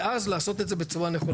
ואז לעשות את זה לעשות את זה בצורה נכונה.